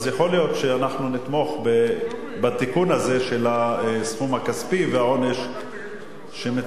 אז יכול להיות שאנחנו נתמוך בתיקון הזה של הסכום הכספי והעונש שמציעים.